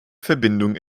verbindung